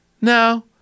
no